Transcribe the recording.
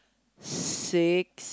six